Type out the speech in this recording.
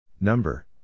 Number